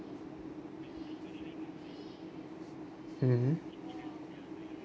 mmhmm